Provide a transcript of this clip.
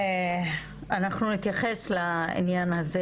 אנחנו נתייחס לעניין הזה